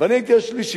ואני הייתי השלישי.